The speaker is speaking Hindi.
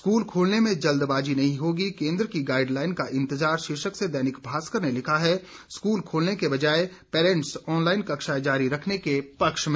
स्कूल खोलने में जल्दबाजी नहीं होगी केन्द्र की गाइडलाइन का इंतजार शीर्षक से दैनिक भास्कर ने लिखा है स्कूल खोलने के बजाय पेरेंट्स ऑनलाइन कक्षाएं जारी रखने के पक्ष में